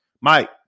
mike